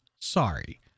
sorry